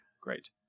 great